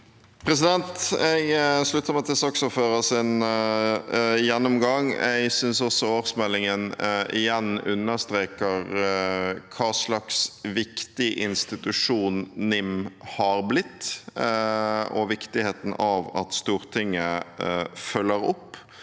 Jeg slutter meg til saksordførerens gjennomgang. Jeg synes også årsmeldingen igjen understreker hva slags viktig institusjon NIM har blitt, og viktigheten av at Stortinget følger opp